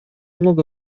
много